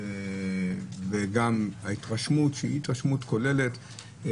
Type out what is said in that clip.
וגם ההתרשמות הכוללת שונה.